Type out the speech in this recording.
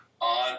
on